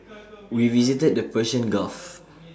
we visited the Persian gulf